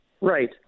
Right